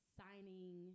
signing –